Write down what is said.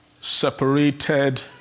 separated